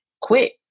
quit